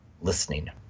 listening